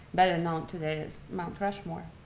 better known today as mount rushmore,